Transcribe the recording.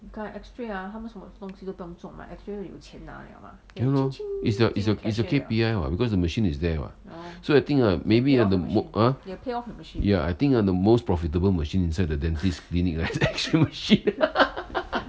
ya lor is the is the K_P_I [what] because the machine is there [what] so I think uh maybe uh the ah ya I think uh the most profitable machine inside the dentist clinic is the x-ray machine